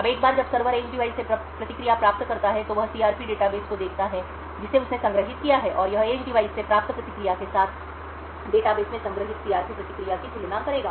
अब एक बार जब सर्वर एज डिवाइस से प्रतिक्रिया प्राप्त करता है तो वह सीआरपी डेटाबेस को देखता है जिसे उसने संग्रहीत किया है और यह एज डिवाइस से प्राप्त प्रतिक्रिया के साथ डेटाबेस में संग्रहीत सीआरपी प्रतिक्रिया की तुलना करेगा